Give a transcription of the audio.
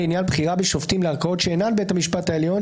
לעניין בחירה בשופטים לערכאות שאינן בית המשפט העליון